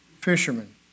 fishermen